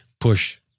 push